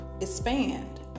expand